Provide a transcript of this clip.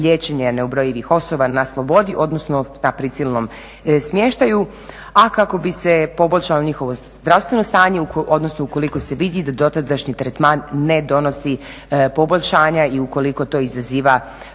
liječenje neubrojivih osoba na slobodi odnosno na prisilnom smještaju. A kako bi se poboljšalo njihovo zdravstveno stanje u odnosu ukoliko se vidi da dotadašnji tretman ne donosi poboljšanja i ukoliko to izaziva